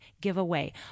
giveaway